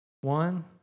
One